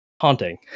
haunting